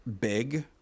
big